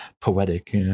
poetic